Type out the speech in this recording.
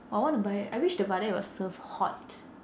oh I wanna buy I wish the vadai was served hot